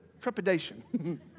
trepidation